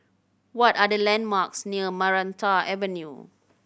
what are the landmarks near Maranta Avenue